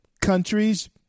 countries